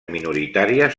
minoritàries